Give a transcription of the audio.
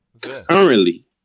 currently